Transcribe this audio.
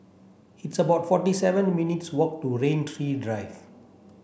it's about forty seven minutes' walk to Rain Tree Drive